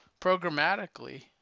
programmatically